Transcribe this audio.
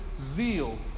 zeal